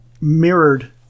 mirrored